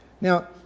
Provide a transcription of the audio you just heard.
Now